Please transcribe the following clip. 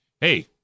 Hey